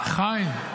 חיים.